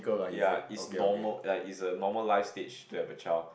ya it's normal it's a normal life stage to have a child